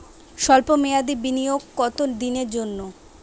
সল্প মেয়াদি বিনিয়োগ কত দিনের জন্য?